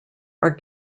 are